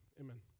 Amen